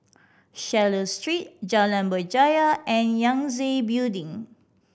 Swallow Street Jalan Berjaya and Yangtze Building